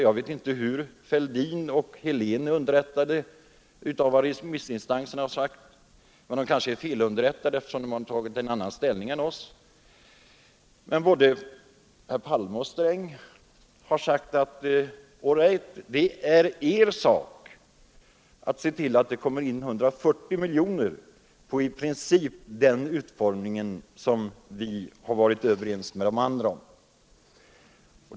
Jag vet inte hur herr Fälldin och Helén har underrättats om vad remissinstanserna sagt — de kanske är felunderrättade, eftersom de intagit en annan ståndpunkt än vi. Både herr Palme och herr Sträng har sagt: All right, det är er sak i skatteutskottet att se till att det kommer in 140 miljoner kronor på i princip det sätt vi varit överens med de andra om.